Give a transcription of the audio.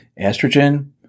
estrogen